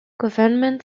government